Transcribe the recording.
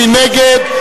מי נגד?